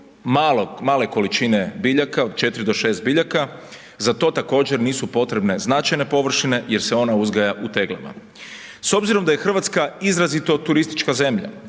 uzgoj male količine biljaka, od 4 do 6 biljaka, za to također nisu potrebne značajne površine jer se ona uzgaja u teglama. S obzirom da je Hrvatska izrazito turistička zemlja